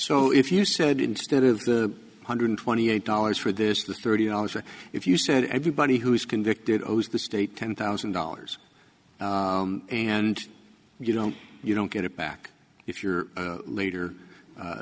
so if you said instead of the hundred twenty eight dollars for this the thirty dollars or if you said everybody who is convicted owes the state ten thousand dollars and you don't you don't get it back if you're later